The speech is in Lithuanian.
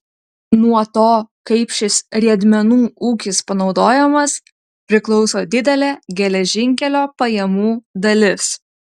nuo to kaip šis riedmenų ūkis panaudojamas priklauso didelė geležinkelio pajamų dalis